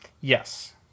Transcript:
Yes